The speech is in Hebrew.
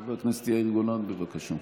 חבר הכנסת גולן, בבקשה,